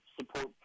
support